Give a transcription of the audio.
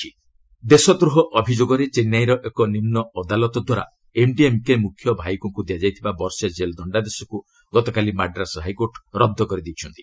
Madras high court Vaiko ଦେଶଦ୍ରୋହ ଅଭିଯୋଗରେ ଚେନ୍ନାଇର ଏକ ନିମୁ ଅଦାଲତଦ୍ୱାରା ଏମ୍ଡିଏମ୍କେ ମୁଖ୍ୟ ଭାଇକୋଙ୍କୁ ଦିଆଯାଇଥିବା ବର୍ଷେ କେଲ୍ ଦଣ୍ଡାଦେଶକୁ ଗତକାଲି ମାଡ୍ରାସ୍ ହାଇକୋର୍ଟ ରଦ୍ଦ କରିଦେଇଛନ୍ତି